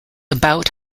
about